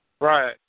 Right